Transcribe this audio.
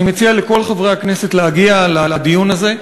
אני מציע לכל חברי הכנסת להגיע לדיון הזה,